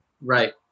Right